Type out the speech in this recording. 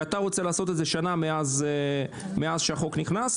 ואתה רוצה לעשות את זה שנה מאז שהחוק נכנס,